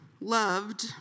loved